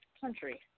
country